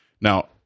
Now